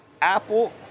Apple